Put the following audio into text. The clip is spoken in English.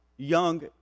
young